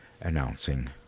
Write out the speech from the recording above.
announcing